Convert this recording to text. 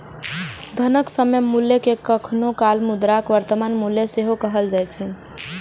धनक समय मूल्य कें कखनो काल मुद्राक वर्तमान मूल्य सेहो कहल जाए छै